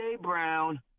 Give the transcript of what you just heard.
Brown